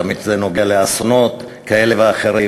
תמיד כשזה נוגע באסונות כאלה ואחרים,